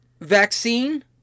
vaccine